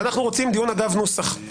ואנחנו רוצים דיון אגב נוסח.